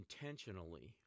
intentionally